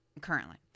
currently